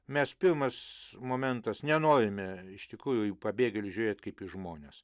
mes pirmas momentas nenorime iš tikrųjų į pabėgėlius žiūrėti kaip į žmones